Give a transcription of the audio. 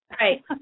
Right